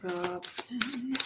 Robin